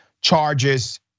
charges